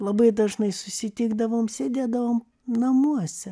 labai dažnai susitikdavom sėdėdavom namuose